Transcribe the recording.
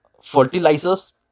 fertilizers